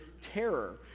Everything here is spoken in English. terror